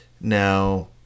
Now